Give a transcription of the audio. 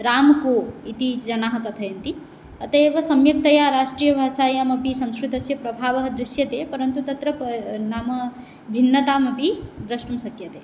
राम् को इति जनाः कथयन्ति अत एव सम्यक्तया राष्ट्रीयभाषायामपि संस्कृतस्य प्रभावः दृश्यते परन्तु तत्र प् नाम भिन्नता अपि द्रष्टुं शक्यते